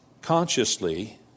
consciously